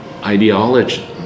ideology